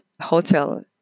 hotel